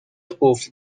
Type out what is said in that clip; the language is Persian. قفل